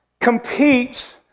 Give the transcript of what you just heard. competes